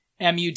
MUD